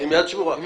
עם יד שבורה.